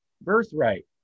birthright